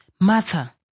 Martha